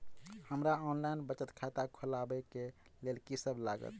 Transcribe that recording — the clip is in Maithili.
हमरा ऑनलाइन बचत खाता खोलाबै केँ लेल की सब लागत?